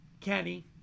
Kenny